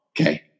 okay